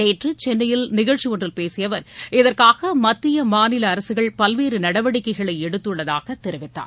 நேற்று சென்னையில் நிகழ்ச்சி ஒன்றில் பேசிய அவர் இதற்காக மத்திய மாநில அரசுகள் பல்வேறு நடவடிக்கைகள் எடுத்துள்ளதாக தெரிவித்தார்